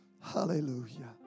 hallelujah